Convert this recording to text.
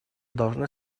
должны